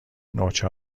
نوچه